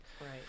Right